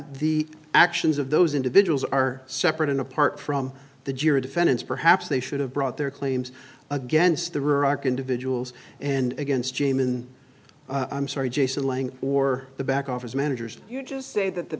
the actions of those individuals are separate and apart from the juror defendants perhaps they should have brought their claims against the remark individuals and against jamen i'm sorry jason lang or the back office managers you just say that the